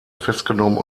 festgenommen